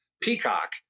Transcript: peacock